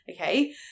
okay